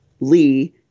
Lee